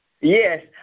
Yes